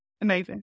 Amazing